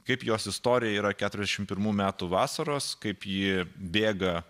kaip jos istorija yra keturiasdešim pirmų metų vasaros kaip ji bėga